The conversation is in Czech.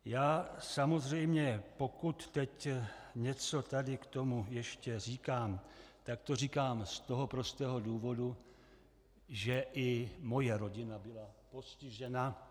Já samozřejmě, pokud teď něco tady k tomu ještě říkám, tak to říkám z toho prostého důvodu, že i moje rodina byla postižena.